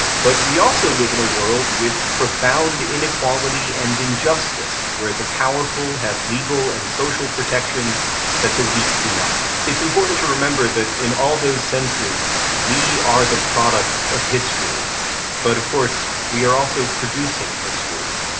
but we also live in a world with profound inequality and injustice, where the powerful have legal and social protections that the weak do not. it's important to remember that in all those senses we are the products of history but of course we are also producing history.